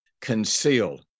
concealed